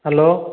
hello